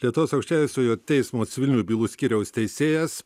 lietuvos aukščiausiojo teismo civilinių bylų skyriaus teisėjas